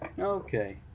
Okay